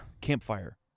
campfire